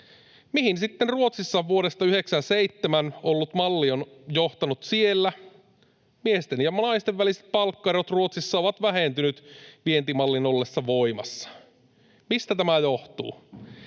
Mihin sitten Ruotsissa vuodesta 97 ollut malli on johtanut siellä? Miesten ja naisten väliset palkkaerot Ruotsissa ovat vähentyneet vientimallin ollessa voimassa. Mistä tämä johtuu?